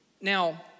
Now